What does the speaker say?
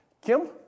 Kim